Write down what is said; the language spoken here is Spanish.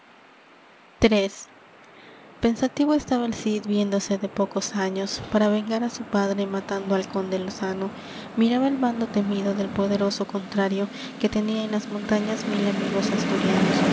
pensativo estaba el cid viéndose de pocos años para vengar á su padre matando al conde lozano miraba el bando temido del poderoso contrario que tenía en las montañas mil amigos asturianos